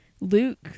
Luke